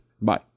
Bye